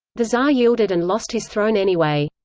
the tsar yielded and lost his throne anyway.